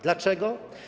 Dlaczego?